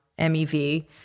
MEV